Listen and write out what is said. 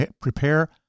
Prepare